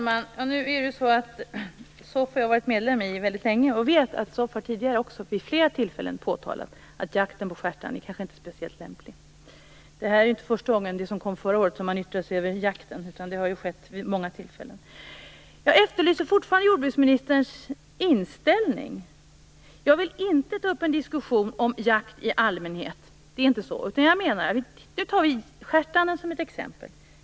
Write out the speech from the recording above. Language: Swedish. Herr talman! Jag har varit medlem i SOF väldigt länge. Jag vet att SOF också tidigare vid flera tillfällen påtalat att jakten på stjärtand kanske inte är speciellt lämplig. Förra året var inte första gången man yttrade sig över jakten. Det har skett vid många tillfällen. Jag efterlyser fortfarande jordbruksministerns inställning. Jag vill inte ta upp en diskussion om jakt i allmänhet. Det är inte så. Nu tar vi stjärtanden som exempel.